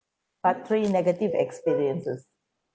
part three negative experiences